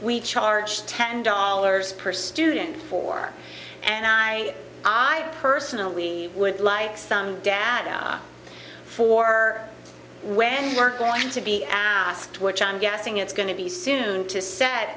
we charge ten dollars per student for and i i personally would like some data for when work going to be asked which i'm guessing it's going to be soon to set